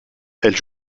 elle